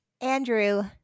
andrew